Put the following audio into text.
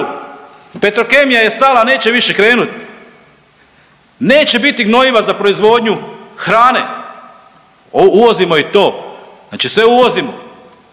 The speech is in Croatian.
Petrokemija je stala neće više krenuti. Neće biti gnojiva za proizvodnju hrane. Uvozimo i to. Znači sve uvozimo.